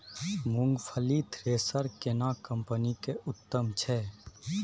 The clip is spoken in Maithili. मूंगफली थ्रेसर केना कम्पनी के उत्तम छै?